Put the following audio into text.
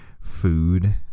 food